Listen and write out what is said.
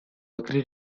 agree